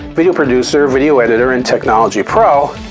video produce r video editor and technology pro,